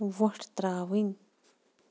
وۄٹھ ترٛاوٕنۍ